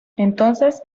entonces